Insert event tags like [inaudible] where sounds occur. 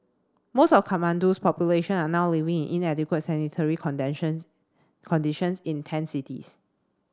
most of Kathmandu's population are now living in inadequate sanitary [unintelligible] conditions in tent cities